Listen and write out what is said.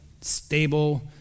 stable